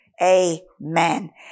Amen